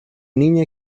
niña